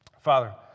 Father